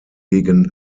gegen